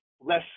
less